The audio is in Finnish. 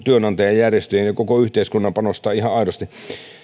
työnantajajärjestöjen ja koko yhteiskunnan panostaa ihan aidosti